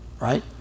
right